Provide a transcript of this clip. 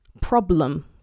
problem